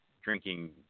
drinking